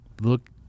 Look